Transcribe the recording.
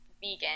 vegan